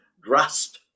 grasp